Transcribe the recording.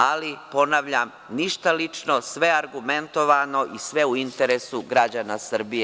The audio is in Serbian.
Ali, ponavljam, ništa lično, sve argumentovano i sve u interesu građana Srbije.